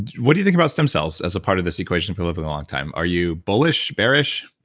what do you think about stem cells as a part of this equation for living a long time? are you bullish, bearish?